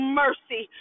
mercy